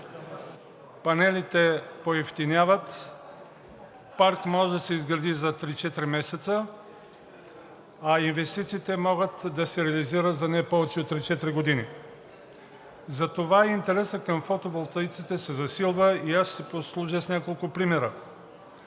Панелите поевтиняват, парк може да се изгради за три-четири месеца, а инвестициите могат да се реализират за не повече от три-четири години. Затова интересът към фотоволтаиците се засилва и аз ще си послужа с няколко примера.